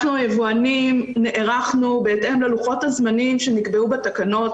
אנחנו היבואנים נערכנו בהתאם ללוחות הזמנים שנקבעו בתקנות.